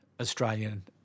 Australian